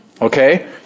Okay